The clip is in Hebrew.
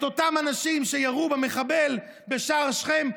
אותם אנשים שירו במחבל בשער שכם,